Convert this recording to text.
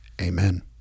Amen